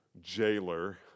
jailer